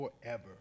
Forever